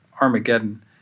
Armageddon